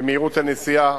במהירות הנסיעה,